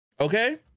okay